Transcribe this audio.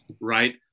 Right